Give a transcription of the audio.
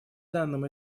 данном